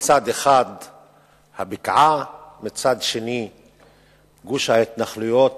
מצד אחד הבקעה, מצד שני גוש ההתנחלויות